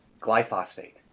glyphosate